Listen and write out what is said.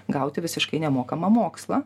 gauti visiškai nemokamą mokslą